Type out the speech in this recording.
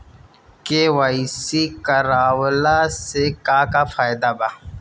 KYC करवला से का का फायदा बा?